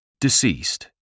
Deceased